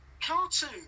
cartoon